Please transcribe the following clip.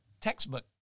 textbook